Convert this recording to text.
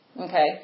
Okay